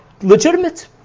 legitimate